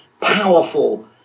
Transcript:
powerful